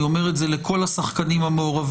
אני אומר את זה לכל השחקנים המעורבים,